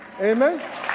Amen